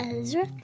Ezra